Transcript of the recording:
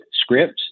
scripts